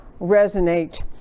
resonate